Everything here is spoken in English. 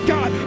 God